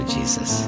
Jesus